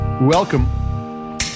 Welcome